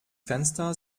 fenster